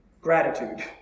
gratitude